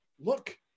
Look